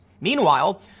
Meanwhile